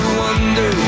wonder